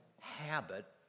habit